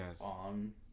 On